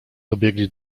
dobiegli